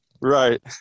Right